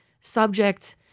subject